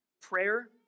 prayer